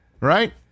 Right